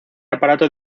aparato